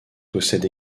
possède